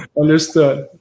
Understood